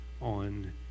on